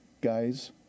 guys